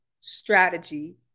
strategy